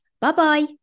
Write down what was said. Bye-bye